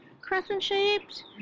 crescent-shaped